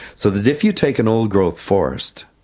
so that if you take an old-growth forest,